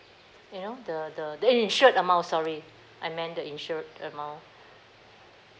you know the the the insured amount sorry I meant the insured amount